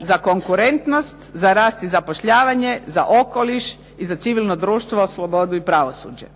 za konkurentnost, za rast i zapošljavanje, za okoliš i za civilno društvo, slobodu i pravosuđe.